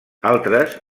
altres